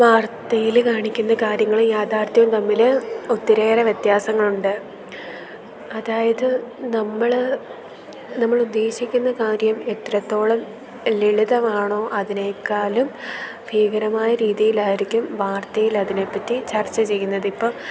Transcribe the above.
വാർത്തയിൽ കാണിക്കുന്ന കാര്യങ്ങൾ യാഥാർത്ഥ്യവും തമ്മിൽ ഒത്തിരിയേറെ വ്യത്യാസങ്ങൾ ഉണ്ട് അതായത് നമ്മൾ നമ്മൾ ഉദ്ദേശിക്കുന്ന കാര്യം എത്രത്തോളം ലളിതമാണോ അതിനേക്കാളും ഭീകരമായ രീതിയിൽ ആയിരിക്കും വാർത്തയിൽ അതിനെ പറ്റി ചർച്ച ചെയ്യുന്നത് ഇപ്പം